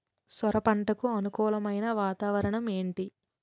సొర పంటకు అనుకూలమైన వాతావరణం ఏంటి?